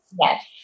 Yes